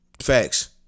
Facts